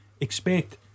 Expect